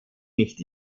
nicht